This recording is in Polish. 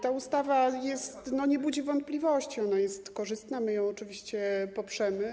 Ta ustawa nie budzi wątpliwości, ona jest korzystna, my ją oczywiście poprzemy.